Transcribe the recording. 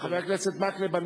חבר הכנסת מקלב,